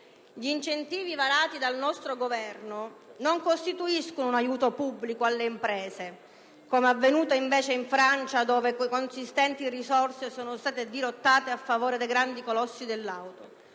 Gli incentivi varati dal nostro Governo non costituiscono un aiuto pubblico alle imprese, come avvenuto invece in Francia, dove consistenti risorse sono state dirottate a favore dei grandi colossi dell'auto.